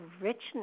richness